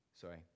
sorry